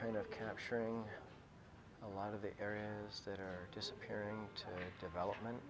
kind of capturing a lot of the areas that are disappearing and development